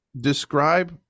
describe